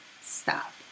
stop